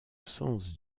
sens